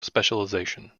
specialization